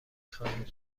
خواهید